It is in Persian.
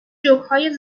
جوکهای